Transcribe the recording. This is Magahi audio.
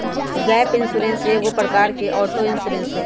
गैप इंश्योरेंस एगो प्रकार के ऑटो इंश्योरेंस हइ